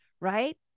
right